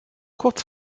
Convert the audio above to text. kurz